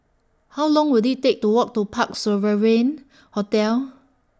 How Long Will IT Take to Walk to Parc Sovereign Hotel